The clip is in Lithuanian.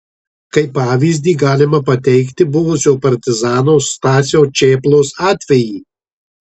kaip pavyzdį galima pateikti buvusio partizano stasio čėplos atvejį